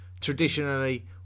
traditionally